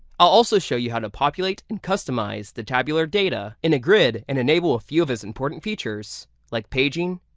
i'll also show you how to populate and customize the tabular data in a grid and enable a few of its important features like paging,